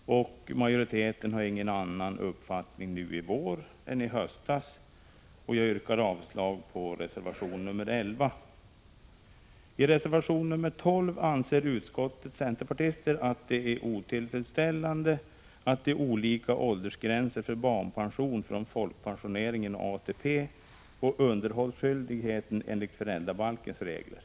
Majoriteten har ingen annan uppfattning nu i vår än i höstas, och jag yrkar avslag på reservation nr 11. I reservation nr 12 anser utskottets centerpartister att det är otillfredsställande att det är olika åldersgränser för barnpension från folkpensioneringen och ATP och för underhållsskyldigheten enligt föräldrabalkens regler.